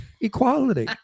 equality